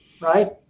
right